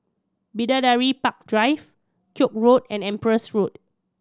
Bidadari Park Drive Koek Road and Empress Road